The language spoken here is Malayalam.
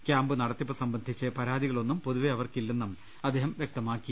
ക്യാമ്പു നടത്തിപ്പ് സംബന്ധിച്ച് പരാതികളൊന്നും പൊതുവേ അവർക്കില്ലെന്നും അദ്ദേഹം വൃക്തമാക്കി